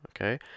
Okay